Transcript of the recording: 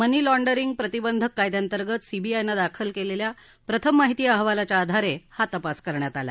मनी laundering प्रतिबंधक कायद्यांतर्गत सीबीआयनं दाखल केलेल्या प्रथम माहिती अहवालाच्या आधारे हा तपास करण्यात आला